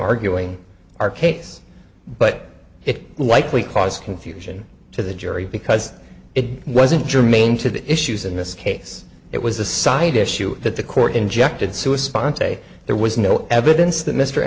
arguing our case but it likely cause confusion to the jury because it wasn't germane to the issues in this case it was a side issue that the court injected sue a sponsor a there was no evidence that mr